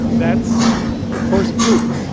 that's horse poop.